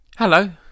Hello